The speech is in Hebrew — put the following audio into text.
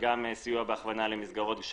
סיוע והכוונה למסגרות של